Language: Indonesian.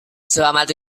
selamat